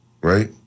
Right